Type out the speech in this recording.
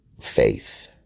faith